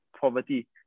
poverty